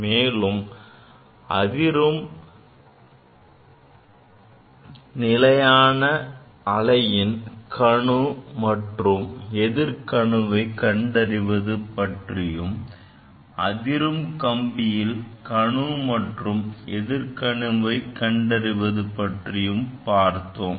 மேலும் நிலையான அலையின் கணு மற்றும் எதிர்க்கணுவை கண்டறிவது பற்றியும் அதிரும் கம்பியில் கணு மற்றும் எதிர்கணுவை கண்டறிவது பற்றியும் பார்த்தோம்